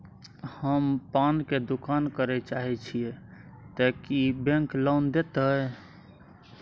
हम पान के दुकान करे चाहे छिये ते की बैंक लोन देतै?